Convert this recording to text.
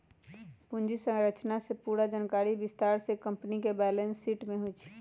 पूंजी संरचना के पूरा जानकारी विस्तार से कम्पनी के बैलेंस शीट में होई छई